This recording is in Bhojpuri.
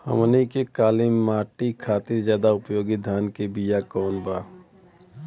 हमनी के काली माटी खातिर ज्यादा उपयोगी धान के बिया कवन बा?